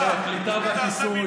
אבל שר האוצר כנראה לא מודע לזה.